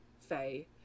Faye